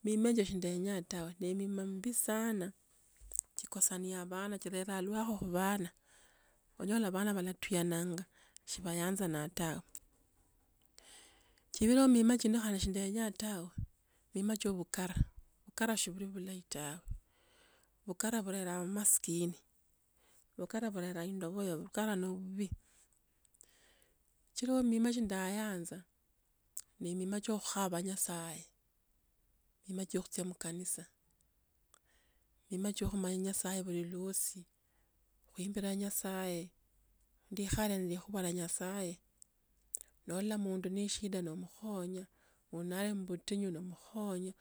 Emiima tsio shindeenyaa tawe ne miima mbi sana tsikosania abana tsireraa uluheko khubana onyola abana balatuyanga shibanyanzanga tawe chili neemima chino khandi sindeenyaa tawe miima chio bukara bukara shibuli bulahi tawe bukura bsieraa bumaskini bukura bsheraa indobugobu bukara nobubii chiloho emiima chia ndayanza neemima chia khukhaba nyasaye miima chio khutsia mukanisa emiima tsio khumanya nyasaye buli lwosi khusimbilaa nyasaye ndikhale nzikhuha lia nyasaye nolola omundu nushinda noomukhonya uyo naali mubutinyu nomukhonya